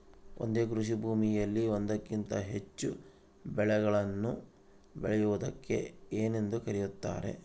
ಒಂದೇ ಕೃಷಿಭೂಮಿಯಲ್ಲಿ ಒಂದಕ್ಕಿಂತ ಹೆಚ್ಚು ಬೆಳೆಗಳನ್ನು ಬೆಳೆಯುವುದಕ್ಕೆ ಏನೆಂದು ಕರೆಯುತ್ತಾರೆ?